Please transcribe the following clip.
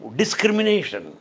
discrimination